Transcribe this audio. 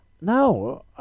no